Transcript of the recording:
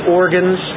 organs